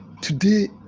today